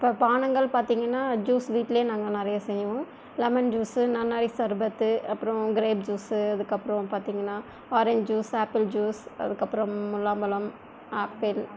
இப்போ பானங்கள் பார்த்திங்கன்னா ஜூஸ் வீட்டில் நாங்கள் நிறையா செய்வோம் லெமன் ஜூஸு நன்னாரி சர்பத்து அப்புறம் கிரேப் ஜூஸு அதுக்கு அப்புறம் பார்த்திங்கன்னா ஆரஞ்சு ஜூஸ் ஆப்பிள் ஜூஸ் அதுக்கு அப்புறம் முலாம்பழம் ஆப்பிள்